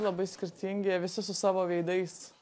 labai skirtingi visi su savo veidais